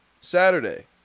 Saturday